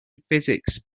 physics